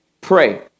pray